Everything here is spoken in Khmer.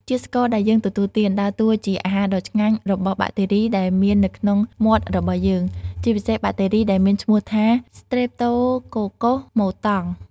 ជាតិស្ករដែលយើងទទួលទានដើរតួជាអាហារដ៏ឆ្ងាញ់របស់បាក់តេរីដែលមាននៅក្នុងមាត់របស់យើង ជាពិសេសបាក់តេរីដែលមានឈ្មោះថា ស្ត្រេបតូកូកុស មូតង់ ។